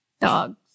Dogs